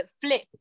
flip